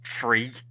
free